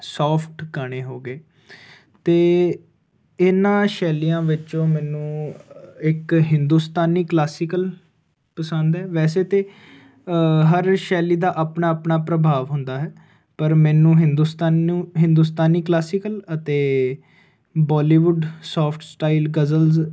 soft ਗਾਣੇ ਹੋ ਗਏ ਤੇ ਇਹਨਾਂ ਸ਼ੈਲੀਆਂ ਵਿੱਚੋਂ ਮੈਨੂੰ ਇੱਕ ਹਿੰਦੁਸਤਾਨੀ ਕਲਾਸੀਕਲ ਪਸੰਦ ਹ ਵੈਸੇ ਤੇ ਹਰ ਸ਼ੈਲੀ ਦਾ ਆਪਣਾ ਆਪਣਾ ਪ੍ਰਭਾਵ ਹੁੰਦਾ ਹੈ ਪਰ ਮੈਨੂੰ ਹਿੰਦੁਸਤਾਨੀ ਹਿੰਦੁਸਤਾਨੀ ਕਲਾਸੀਕਲ ਅਤੇ ਬੋਲੀਵੁੱਡ ਸੋਫਟ ਸਟਾਈਲ ਗਜ਼ਲਜ਼